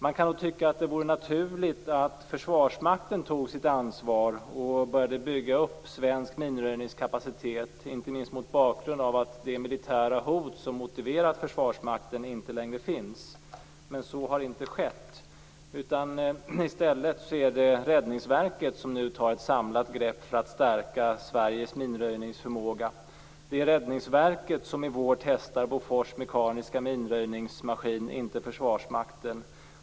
Man kan då tycka att det vore naturligt att Försvarsmakten tog sitt ansvar och började bygga upp svensk minröjningskapacitet, inte minst mot bakgrund av att det militära hot som motiverat Försvarsmakten inte längre finns. Men så har inte skett. I stället är det Räddningsverket som nu tar ett samlat grepp för att stärka Sveriges minröjningsförmåga. Det är Räddningsverket som i vår testar Bofors mekaniska minröjningsmaskin, inte Försvarsmakten.